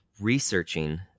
researching